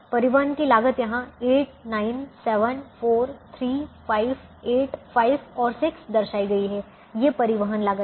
परिवहन की लागत यहां 8 9 7 4 3 5 8 5 और 6 दर्शाई गई है ये परिवहन लागत हैं